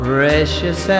Precious